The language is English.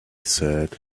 said